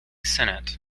senate